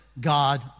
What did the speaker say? God